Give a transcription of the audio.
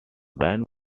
band